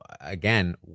again